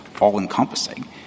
all-encompassing